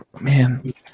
man